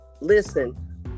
listen